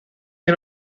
que